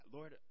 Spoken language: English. Lord